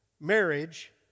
Marriage